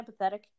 empathetic